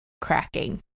cracking